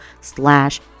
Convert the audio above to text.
slash